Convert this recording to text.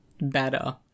better